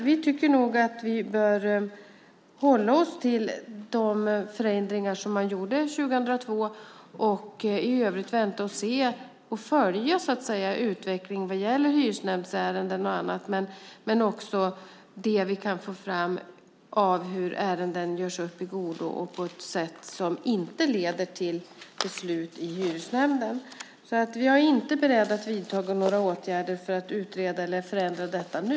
Vi tycker nog att vi bör hålla oss till de förändringar som man gjorde 2002 och i övrigt vänta och se och så att säga följa utvecklingen vad gäller hyresnämndsärenden, men också det vi kan få fram om hur ärenden görs upp i godo och på ett sätt som inte leder till beslut i hyresnämnden. Jag är inte beredd att vidta några åtgärder för att utreda eller förändra detta nu.